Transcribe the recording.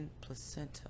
placenta